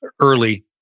early